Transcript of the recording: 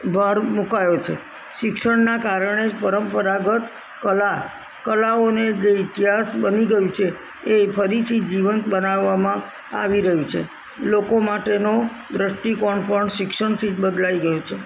ભાર મુકાયો છે શિક્ષણના કારણે જ પરંપરાગત કલા કલાઓને ઇતિહાસ બની ગયું છે તે ફરીથી જીવંત બનાવામાં આવી રહ્યું છે લોકો માટેનો દ્રષ્ટિકોણ પણ શિક્ષણથી બદલાઈ ગયો છે